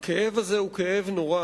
הכאב הזה הוא כאב נורא